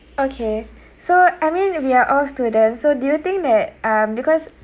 okay so I mean we are all students so do you think that um because